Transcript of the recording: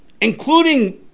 including